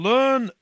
Learn